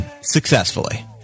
successfully